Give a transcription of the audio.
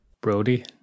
Brody